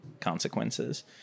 consequences